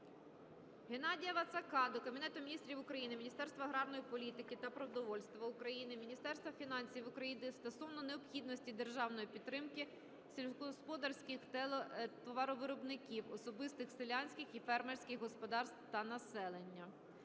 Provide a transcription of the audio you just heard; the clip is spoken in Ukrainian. Геннадія Вацака до Кабінету Міністрів України, Міністерства аграрної політики та продовольства України, Міністерства фінансів України стосовно необхідності державної підтримки сільськогосподарських товаровиробників: особистих селянських і фермерських господарств та населення.